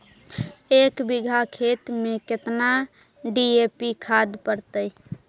एक बिघा खेत में केतना डी.ए.पी खाद पड़तै?